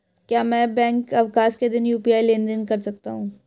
क्या मैं बैंक अवकाश के दिन यू.पी.आई लेनदेन कर सकता हूँ?